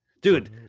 Dude